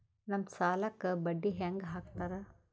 ನಮ್ ಸಾಲಕ್ ಬಡ್ಡಿ ಹ್ಯಾಂಗ ಹಾಕ್ತಾರ?